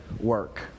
work